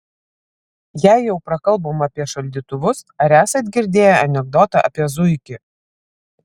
jei jau prakalbom apie šaldytuvus ar esat girdėję anekdotą apie zuikį